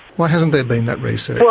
why hasn't there been that research? well,